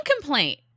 complaint